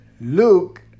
Luke